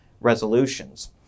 resolutions